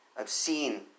obscene